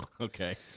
Okay